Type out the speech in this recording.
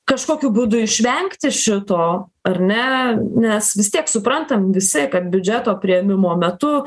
kažkokiu būdu išvengti šito ar ne nes vis tiek suprantam visi kad biudžeto priėmimo metu